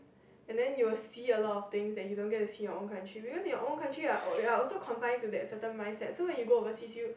and then you will see a lot of things that you don't get to see in your own country because in your own country you are you are also confine to that certain mindset so when you go overseas you